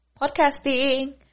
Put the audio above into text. podcasting